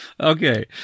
Okay